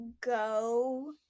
go